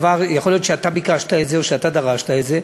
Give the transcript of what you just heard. יכול להיות שאתה ביקשת את זה או שאתה דרשת את זה.